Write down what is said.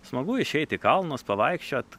smagu išeit į kalnus pavaikščiot